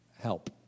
help